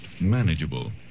manageable